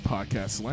Podcast